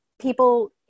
people